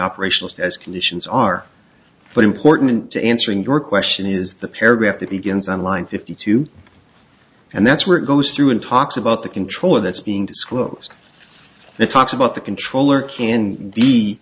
operational as conditions are but important to answering your question is the paragraph that begins on line fifty two and that's where it goes through and talks about the controller that's being disclosed it talks about the controller can